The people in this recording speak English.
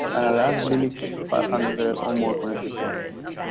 and a large village, five hundred or more connected customers.